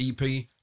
EP